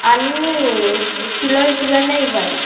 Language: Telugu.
అన్ని కిలో కిలోనే ఇవ్వండి